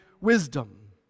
wisdom